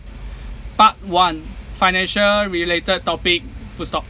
part one financial related topic full stop